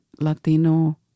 Latino